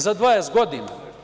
Za 20 godina.